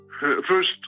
First